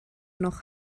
noch